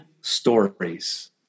stories